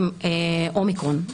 הם אומיקרון.